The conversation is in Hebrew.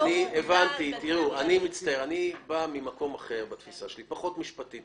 אני בא ממקום שהוא פחות משפטי.